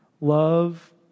Love